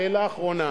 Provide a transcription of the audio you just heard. שאלה אחרונה.